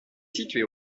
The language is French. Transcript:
située